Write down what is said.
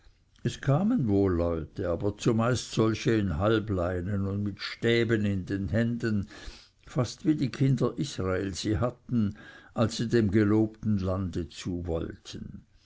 es kamen wohl leute aber zumeist solche in halbleinen und mit stäben in den händen fast wie die kinder israel sie hatten als sie dem gelobten lande zu wollten